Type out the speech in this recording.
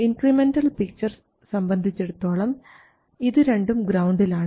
incremental picture സംബന്ധിച്ചെടുത്തോളം ഇതു രണ്ടും ഗ്രൌണ്ടിലാണ്